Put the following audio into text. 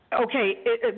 Okay